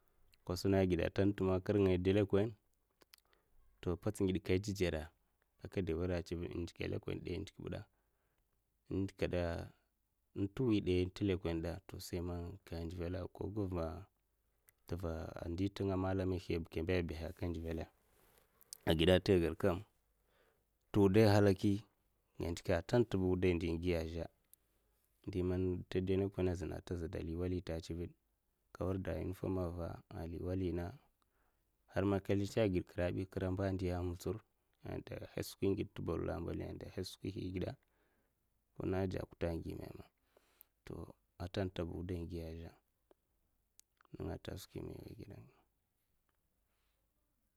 Ko suna a gada ntenta man kir ngaya adè lèkon to pats ngide ka dzudzora a kadè wèrè n'cived ndik de? Ko ehn ndik nbuda? An ndika'kada an ntewi de n' te lèkonè dè sei man nga nde vala ko guv'va nteva nde ntenga mala mi hiya ba ka baha an nka ndu vala agida ntai ai gadkam nta wudai an ghalaki nga ndika ntenta ba ndi'n giya azhe ndi man nte de a lèkonè azuna ata za de nli walinta a cived ba zhe ka nwarda unifoma nva a liy wali nenga har man ka nslacha aged kra bi kra amba ndiya n' mutsur a dara nhash skwi ngide nto bolala mbaliy an' de nhash skwi ngide kona ajakuta an gui meme, to an'tanta nwuday an'goia azhe nenga nte skwi mana eh n'woy gada nya